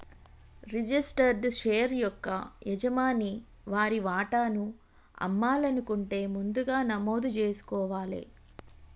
registered share యొక్క యజమాని వారి వాటాను అమ్మాలనుకుంటే ముందుగా నమోదు జేసుకోవాలే